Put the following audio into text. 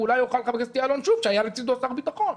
ואולי יוכל לומר חבר הכנסת יעלון שהיה לצדו שר הביטחון.